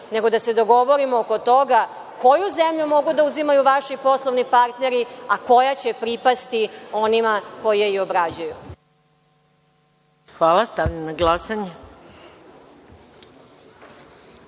nego da se dogovorimo oko toga koju zemlju mogu da uzimaju vaši poslovni partneri, a koja će pripasti onima koji je obrađuju. **Maja Gojković**